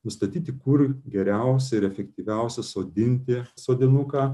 nustatyti kur geriausia ir efektyviausia sodinti sodinuką